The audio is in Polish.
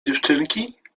dziewczynki